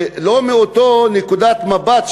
שלא מאותה נקודת מבט,